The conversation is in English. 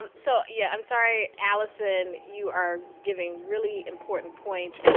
um so yeah. i'm sorry, allison, you are giving really important points.